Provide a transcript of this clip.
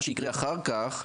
מה שייקרה אחר כך,